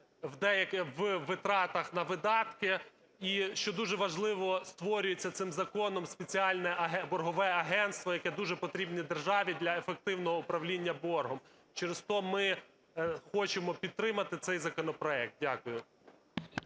витратах на видатки і що дуже важливо – створюється цим законом спеціальне боргове агентство, яке дуже потрібне державі для ефективного управління боргом. Через те ми хочемо підтримати цей законопроект. Дякую.